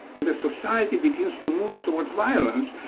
as a society begins to move towards violence,